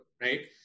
right